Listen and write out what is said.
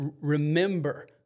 remember